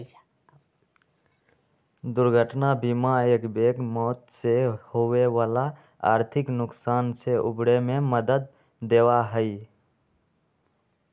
दुर्घटना बीमा एकबैग मौत से होवे वाला आर्थिक नुकसान से उबरे में मदद देवा हई